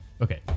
Okay